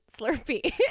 Slurpee